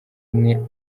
umwe